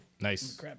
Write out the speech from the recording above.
nice